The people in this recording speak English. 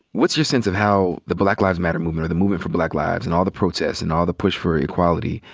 what's your sense of how the black lives matter movement, or the movement for black lives and all the protests, and all the push for equality,